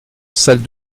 salle